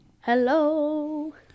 Hello